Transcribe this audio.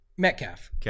Metcalf